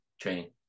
training